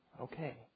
Okay